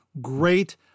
great